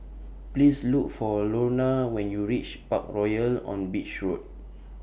Please Look For Lorna when YOU REACH Parkroyal on Beach Road